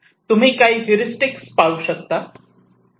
तुम्ही काही हेरिस्टिक्स पाळू शकतात